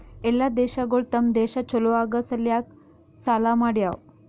ಎಲ್ಲಾ ದೇಶಗೊಳ್ ತಮ್ ದೇಶ ಛಲೋ ಆಗಾ ಸಲ್ಯಾಕ್ ಸಾಲಾ ಮಾಡ್ಯಾವ್